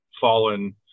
fallen